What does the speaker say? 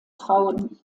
frauen